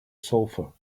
sulfur